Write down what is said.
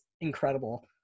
incredible